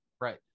right